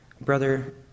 Brother